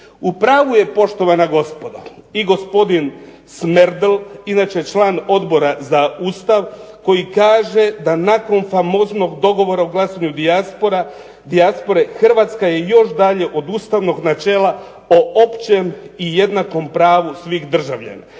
U pravu je poštovana gospodo i gospodin Smerdl inače član Odbora za Ustav koji kaže da nakon famoznog dogovara u glasanju dijaspore Hrvatska je još dalje od ustavnog načela o općem i jednakom pravu svih državljana.